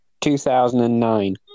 2009